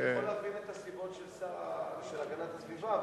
יכול להבין את הסיבות של השר להגנת הסביבה,